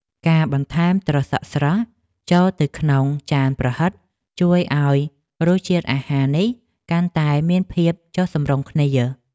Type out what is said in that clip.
ការបន្ថែមត្រសក់ស្រស់ចូលទៅក្នុងចានប្រហិតជួយឱ្យរសជាតិអាហារនេះកាន់តែមានភាពចុះសម្រុងគ្នា។